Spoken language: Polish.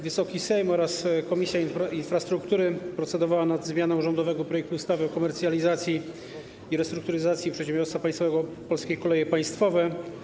Wysoki Sejm oraz Komisja Infrastruktury procedowały nad rządowym projektem zmiany ustawy o komercjalizacji i restrukturyzacji przedsiębiorstwa państwowego ˝Polskie Koleje Państwowe˝